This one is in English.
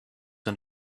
and